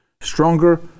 stronger